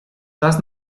czas